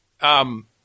Um-